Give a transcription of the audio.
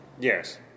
Yes